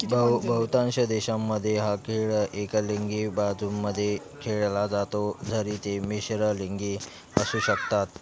बहु बहुतांश देशांमध्ये हा खेळ एकलिंगी बाजूंमध्ये खेळला जातो जरी ते मिश्रलिंगी असू शकतात